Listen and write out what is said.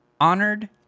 Honored